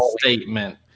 Statement